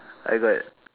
I got